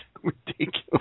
Ridiculous